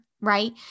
Right